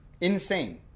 Insane